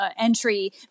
entry